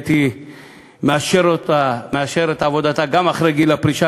הייתי מאשר את עבודתה גם אחרי גיל הפרישה,